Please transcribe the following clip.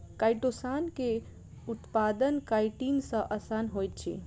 chitosan के उत्पादन chitin सॅ आसान होइत अछि